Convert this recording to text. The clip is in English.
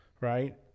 Right